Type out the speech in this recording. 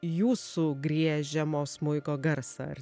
jūsų griežiamo smuiko garsą ar